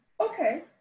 okay